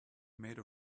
made